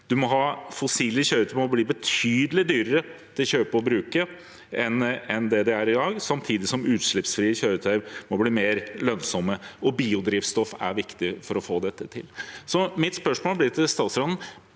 fossile kjøretøy må bli betydelig dyrere å kjøpe og bruke enn det de er i dag, samtidig som utslippsfrie kjøretøy må bli mer lønnsomme, og biodrivstoff er viktig for å få dette til. Mitt spørsmål til statsråden